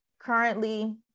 currently